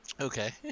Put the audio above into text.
Okay